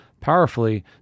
powerfully